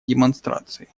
демонстрации